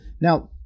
Now